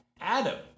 Adam